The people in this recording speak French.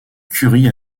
currie